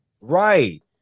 Right